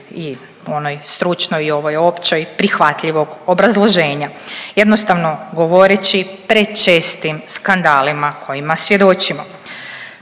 i onoj stručnoj i ovoj općoj prihvatljivog obrazloženja. Jednostavno govoreći prečestim skandalima kojima svjedočimo.